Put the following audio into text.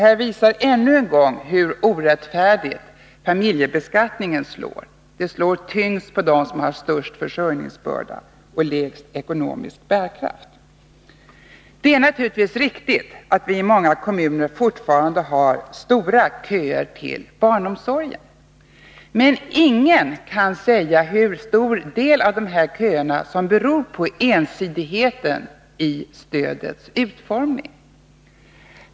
Detta visar ännu en gång hur orättfärdigt familjebeskattningen slår — den slår hårdast mot dem som har störst försörjningsbörda och lägsta ekonomiska bärkraft. Det är naturligtvis riktigt att vi i många kommuner fortfarande har stora köer till barnomsorgen. Men ingen kan säga hur stor del av dessa köer som beror på ensidigheten i stödets utformning.